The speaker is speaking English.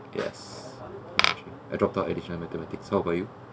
yes I drooped out additional mathematics so how about you